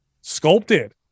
sculpted